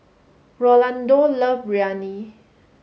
Rolando love Biryani